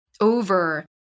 over